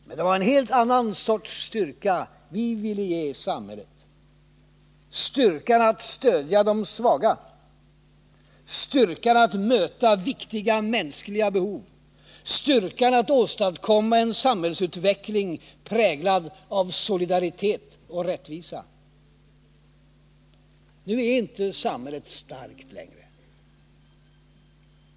Men det var en helt annan sorts styrka vi vill ge samhället: styrkan att stödja de svaga, styrkan att möta viktiga mänskliga behov, styrkan att åstadkomma en samhällsutveckling präglad av solidaritet och rättvisa. Nu är inte samhället starkt längre.